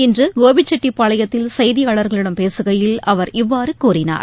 இன்று கோபிச்செட்டிப்பாளையத்தில் செய்தியாளர்களிடம் பேசுகையில் அவர் இவ்வாறு கூறினார்